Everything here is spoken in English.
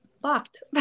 blocked